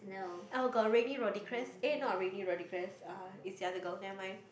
oh got Raini-Rodriguez eh not Raini-Rodriguez uh it's the other girl nevermind